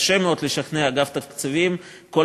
קשה מאוד לשכנע את אגף התקציבים בכל